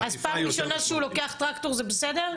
אז פעם ראשונה שהוא לוקח טרקטור זה בסדר?